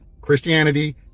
Christianity